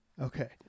Okay